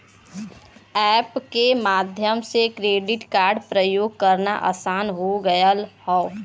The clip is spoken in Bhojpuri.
एप के माध्यम से क्रेडिट कार्ड प्रयोग करना आसान हो गयल हौ